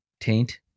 taint